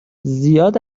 زیاد